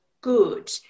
good